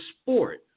sport